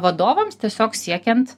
vadovams tiesiog siekiant